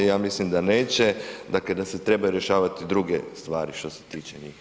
Ja mislim da neće, dakle, da se trebaju rješavati druge stvari što se tiče njih.